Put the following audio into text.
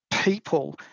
people